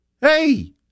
Hey